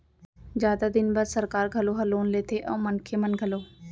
जादा दिन बर सरकार घलौ ह लोन लेथे अउ मनखे मन घलौ